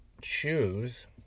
choose